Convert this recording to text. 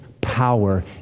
power